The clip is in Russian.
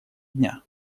дня